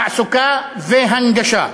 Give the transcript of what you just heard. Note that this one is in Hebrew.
תעסוקה והנגשה.